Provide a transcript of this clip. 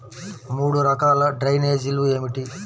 మూడు రకాల డ్రైనేజీలు ఏమిటి?